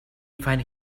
find